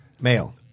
Male